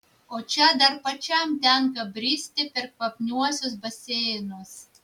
o čia dar pačiam tenka bristi per kvapniuosius baseinus